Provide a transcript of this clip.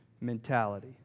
mentality